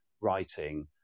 writing